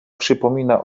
przypomina